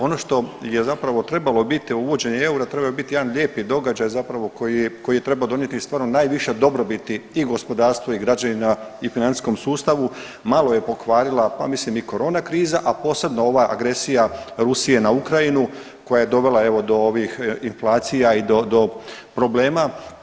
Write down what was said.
Ono što je zapravo trebalo biti o uvođenju eura trebalo je biti jedan lijepi događaj zapravo koji je trebao donijeti i stvarno najviše dobrobiti i gospodarstvu i građanima i financijskom sustavu, malo je pokvarila pa mislim i korona kriza, a posebno ova agresija Rusije na Ukrajinu koja je dovela evo do ovih inflacija i do problema.